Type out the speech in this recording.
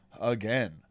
again